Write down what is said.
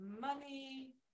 money